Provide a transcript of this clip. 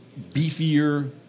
beefier